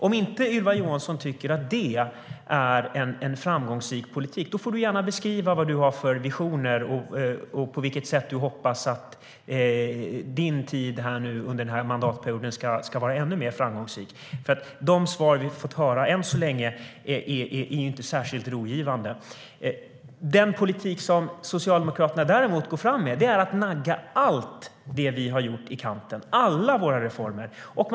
Om du inte tycker att det är en framgångsrik politik, Ylva Johansson, får du gärna beskriva vilka visioner du har och på vilket sätt du hoppas att din tid under denna mandatperiod ska vara ännu mer framgångsrik. De svar vi har fått höra än så länge är inte särskilt rogivande. Den politik som Socialdemokraterna däremot går fram med är att nagga allt det vi har gjort, alla våra reformer, i kanten.